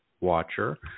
watcher